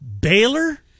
Baylor